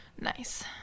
Nice